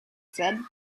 said